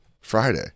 Friday